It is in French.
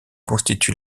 constitue